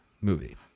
movie